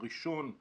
הראשון הוא